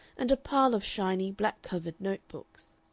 and a pile of shiny, black-covered note-books.